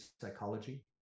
psychology